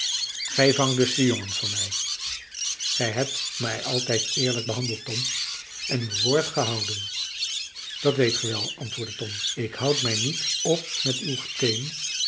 gij vangt dus den jongen voor mij gij hebt mij altijd eerlijk behandeld tom en uw woord gehouden dat weet gij wel antwoordde tom ik houd mij niet op met uw